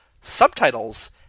subtitles